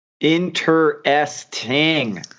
Interesting